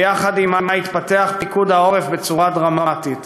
ויחד עמה התפתח פיקוד העורף בצורה דרמטית.